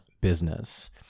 business